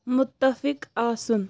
مُتفِق آسُن